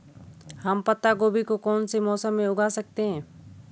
हम पत्ता गोभी को किस मौसम में उगा सकते हैं?